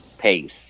Pace